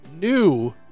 new